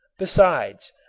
besides,